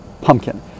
pumpkin